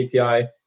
API